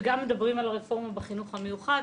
וגם מדברים על רפורמה בחינוך המיוחד,